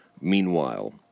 Meanwhile